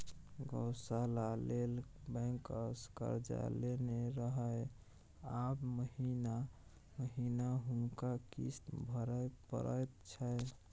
गौशाला लेल बैंकसँ कर्जा लेने रहय आब महिना महिना हुनका किस्त भरय परैत छै